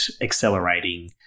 accelerating